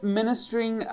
ministering